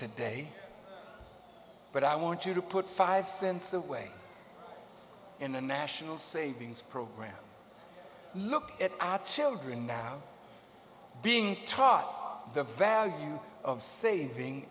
today but i want you to put five cents away in a national savings program look at our children now being taught the value of saving